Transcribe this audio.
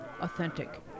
authentic